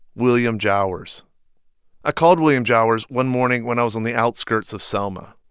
william jowers i called william jowers one morning when i was on the outskirts of selma.